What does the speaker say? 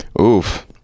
Oof